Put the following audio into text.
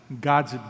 God's